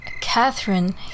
Catherine